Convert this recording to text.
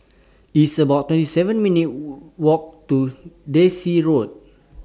It's about twenty seven minutes' Walk to Daisy Road